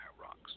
Rocks